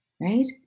right